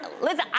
listen